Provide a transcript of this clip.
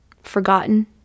forgotten